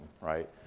right